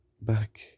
back